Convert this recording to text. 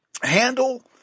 handle